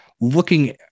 looking